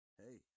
hey